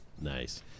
Nice